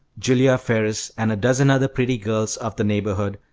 julia ferris, and a dozen other pretty girls of the neighbourhood,